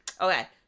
Okay